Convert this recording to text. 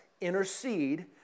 intercede